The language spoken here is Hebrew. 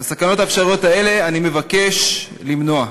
את הסכנות האפשריות האלה אני מבקש למנוע.